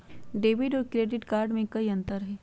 Debit और credit card में कई अंतर हई?